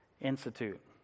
Institute